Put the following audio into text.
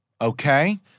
okay